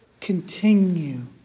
continue